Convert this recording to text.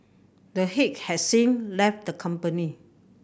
the head has since left the company